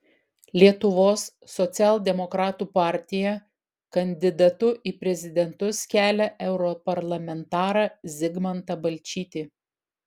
lietuvos socialdemokratų partija kandidatu į prezidentus kelia europarlamentarą zigmantą balčytį